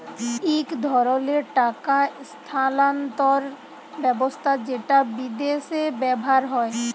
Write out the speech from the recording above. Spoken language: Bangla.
ইক ধরলের টাকা ইস্থালাল্তর ব্যবস্থা যেট বিদেশে ব্যাভার হ্যয়